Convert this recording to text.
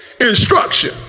instruction